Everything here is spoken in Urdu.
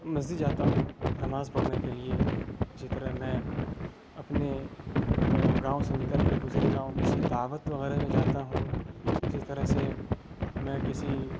مسجد جاتا ہوں نماز پڑھنے کے لیے اسی طرح میں اپنے گاؤں سے نکل کر دوسرے گاؤں کسی دعوت وغیرہ میں جاتا ہوں اسی طرح سے میں کسی